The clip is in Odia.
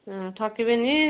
ହଁ ଠକିବେନି